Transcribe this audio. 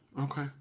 Okay